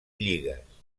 lligues